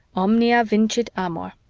omnia vincit amor.